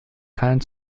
keinen